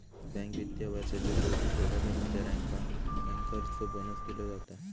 bank वित्तीय वर्षाच्या शेवटी थोड्या कर्मचाऱ्यांका बँकर्सचो बोनस दिलो जाता